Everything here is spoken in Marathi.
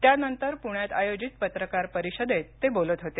त्यानंतर पुण्यात आयोजित पत्रकार परिषदेत ते बोलत होते